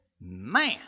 Man